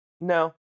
No